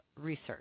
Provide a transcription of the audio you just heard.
Research